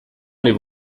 allez